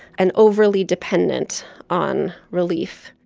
and overly dependent on relief.